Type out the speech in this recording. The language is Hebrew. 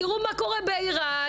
תראו מה קורה באיראן,